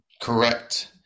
Correct